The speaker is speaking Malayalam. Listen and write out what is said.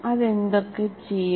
അതെന്തൊക്കെ ചെയ്യും